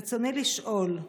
ברצוני לשאול: